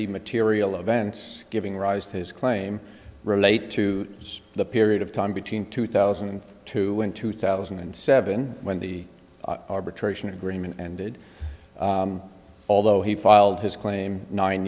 the material events giving rise to his claim relate to was the period of time between two thousand and two when two thousand and seven when the arbitration agreement and it although he filed his claim nine